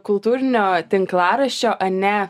kultūrinio tinklaraščio ane